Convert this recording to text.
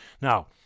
Now